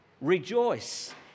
rejoice